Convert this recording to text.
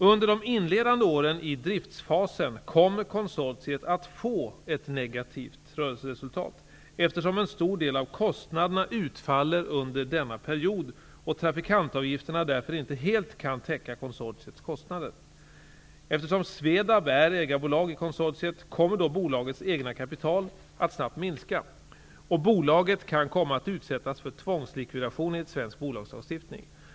Under de inledande åren i driftsfasen kommer konsortiet att få ett negativt rörelseresultat, eftersom en stor del av kostnaderna utfaller under denna period och trafikantavgifterna därför inte helt kan täcka konsortiets kostnader. Eftersom SVEDAB är ägarbolag i konsortiet, kommer då bolagets egna kapital att snabbt minska, och bolaget kan komma att utsättas för tvångslikvidation enligt svensk bolagslagstiftning.